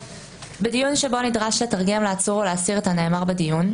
בדיון שבו נדרש לתרגם לעצור או לאסיר את הנאמר בדיון,